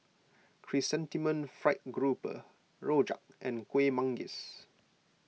Chrysanthemum Fried Grouper Rojak and Kuih Manggis